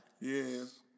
Yes